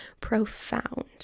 profound